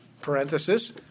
Parenthesis